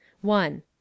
one